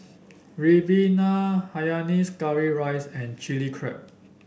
ribena Hainanese Curry Rice and Chilli Crab